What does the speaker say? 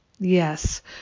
Yes